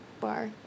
bar